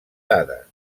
dades